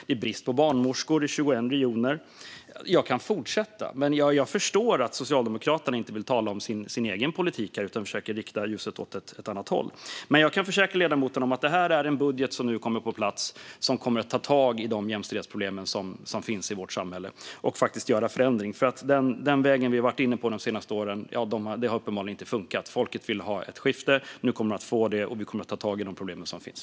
Det är brist på barnmorskor, och där saknas 21 miljoner kronor. Jag kan fortsätta, men jag förstår alltså om Socialdemokraterna inte vill tala om sin egen politik här utan försöker rikta ljuset åt ett annat håll. Jag kan dock försäkra ledamoten om att det här är en budget som när den nu kommer på plats kommer att ta tag i de jämställdhetsproblem som finns i vårt samhälle och faktiskt göra förändring. Den väg vi har varit inne på de senaste åren har uppenbarligen inte funkat. Folket vill ha ett skifte. Nu kommer de att få det, och vi kommer att ta tag i de problem som finns.